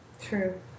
True